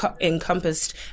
encompassed